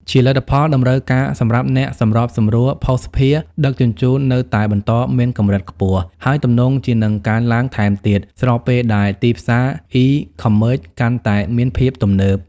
ជាលទ្ធផល តម្រូវការសម្រាប់អ្នកសម្របសម្រួលភស្តុភារដឹកជញ្ជូននៅតែបន្តមានកម្រិតខ្ពស់ ហើយទំនងជានឹងកើនឡើងថែមទៀត ស្របពេលដែលទីផ្សារ E-commerce កាន់តែមានភាពទំនើប។